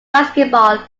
basketball